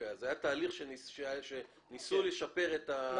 אז היה תהליך שניסו לשפר את ההתנהלות ולא הצליח.